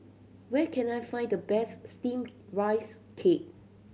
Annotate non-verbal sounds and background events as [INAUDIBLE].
where can I find the best steam [NOISE] rice cake